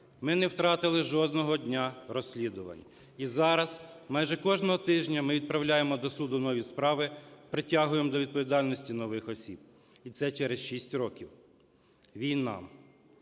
ми не втратили жодного дня розслідувань. І зараз майже кожного тижня ми відправляємо до суду нові справи, притягуємо до відповідальності нових осіб – і це через шість років Війна.